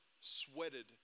sweated